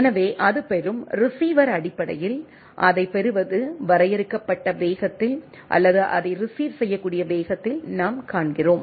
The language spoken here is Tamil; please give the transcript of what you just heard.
எனவே அது பெறும் ரீசிவர் அடிப்படையில் அதைப் பெறுவது வரையறுக்கப்பட்ட வேகத்தில் குறிப்பு நேரம்0400 ஐப் பார்க்கவும் அல்லது அதை ரீசிவ் செய்யக்கூடிய வேகத்தில் நாம் காண்கிறோம்